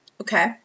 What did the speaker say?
okay